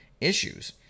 issues